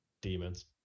demons